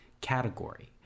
category